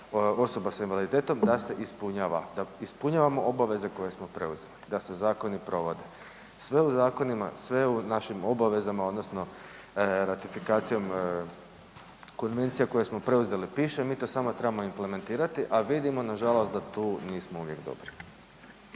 osoba s invaliditetom, da se ispunjava, da ispunjavamo obaveze koje smo preuzeli i da se zakoni provode. Sve u zakonima, sve u našim obavezama odnosno ratifikacijom konvencija koje smo preuzeli piše, mi to samo trebamo implementirati, a vidimo nažalost da tu nismo uvijek dobri.